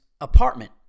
apartment